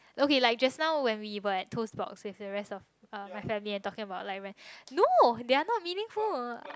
okay like just now when we were at Toast-Box with the rest of my uh family and talking about like rent no they are not meaningful